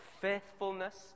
faithfulness